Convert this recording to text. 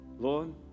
Lord